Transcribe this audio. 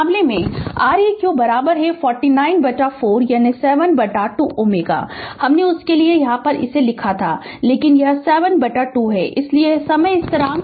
Refer Slide Time 1435 तो इस मामले में R eq 49 बटा 4 यानी 7 बटा 2 Ω हमने उसके लिए नहीं लिखा था लेकिन यह 7 बटा 2 है इसलिए समय स्थिरांक lReq है